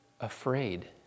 afraid